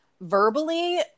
verbally